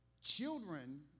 Children